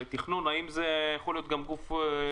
התכנון האם זה יכול להיות גם גוף לביקורת?